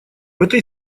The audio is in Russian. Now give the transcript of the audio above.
этой